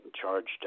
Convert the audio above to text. charged